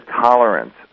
tolerance